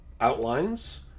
outlines